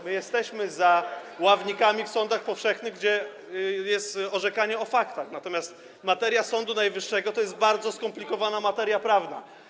My jesteśmy za ławnikami w sądach powszechnych, gdzie jest orzekanie na podstawie faktów, natomiast materia Sądu Najwyższego to jest bardzo skomplikowana materia prawna.